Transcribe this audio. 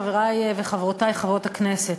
חברי וחברותי חברות הכנסת,